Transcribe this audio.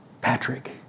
Patrick